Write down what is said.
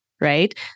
right